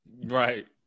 Right